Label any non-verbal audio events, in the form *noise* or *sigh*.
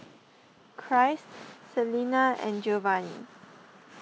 *noise* Christ Celena and Giovanny